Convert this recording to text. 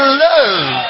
love